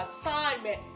assignment